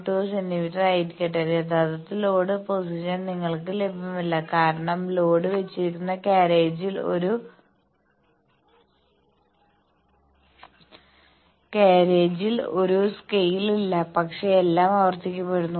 2 സെന്റിമീറ്ററിൽ ആയിരിക്കട്ടെ യഥാർത്ഥത്തിൽ ലോഡ് പൊസിഷൻ നിങ്ങൾക്ക് ലഭ്യമല്ല കാരണം ലോഡ് വെച്ചിരിക്കുന്ന കാര്യേജിൽ ഒരു സ്കെയിൽ ഇല്ല പക്ഷേ എല്ലാം ആവർത്തിക്കപ്പെടുന്നു